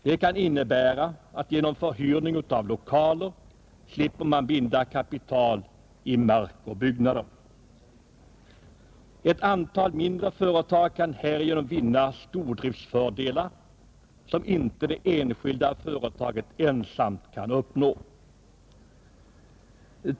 Det kan innebära att man genom förhyrning av lokaler slipper binda kapital i mark och byggnader, Ett antal mindre företag kan härigenom vinna stordriftsfördelar, som inte det enskilda företaget ensamt kan uppnå.